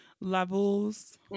levels